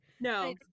No